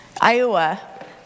Iowa